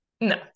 no